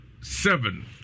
seven